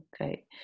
Okay